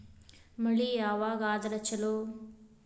ಮಳಿ ಯಾವಾಗ ಆದರೆ ಛಲೋ?